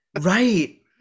right